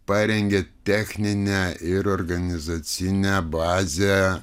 parengė techninę ir organizacinę bazę